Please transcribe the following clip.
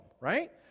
Right